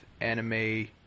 anime